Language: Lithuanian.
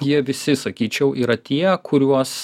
jie visi sakyčiau yra tie kuriuos